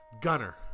Gunner